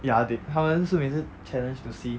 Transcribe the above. ya they 他们是每次 challenge to see